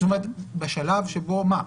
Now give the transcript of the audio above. בשלב שבו, מה?